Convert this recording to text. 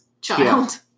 child